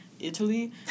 Italy